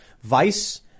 Vice